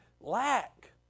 lack